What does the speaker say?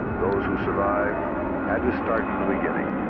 those who survived had to start from the beginning.